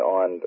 on